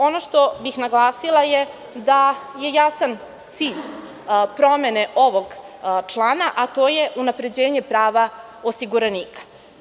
Ono što bih naglasila je da je jasan cilj promene ovog člana, a to je unapređenje prava osiguranika.